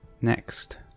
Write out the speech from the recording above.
next